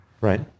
Right